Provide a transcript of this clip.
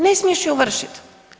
Ne smiješ ju ovršiti.